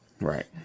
right